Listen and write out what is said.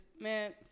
man